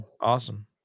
awesome